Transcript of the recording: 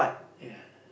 ya